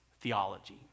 theology